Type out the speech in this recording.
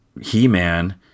he-man